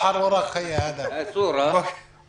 ופה מילה טובה לחברי הכנסת הערבים שסייעו רבות בזה.